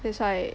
that's why